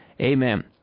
Amen